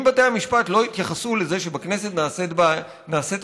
אם בתי המשפט לא יתייחסו לזה שבכנסת נעשית עבודה,